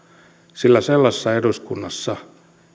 sillä sellaisessa eduskunnassa